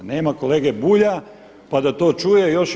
Nema kolege Bulja pa da to čuje još.